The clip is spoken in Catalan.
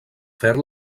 fer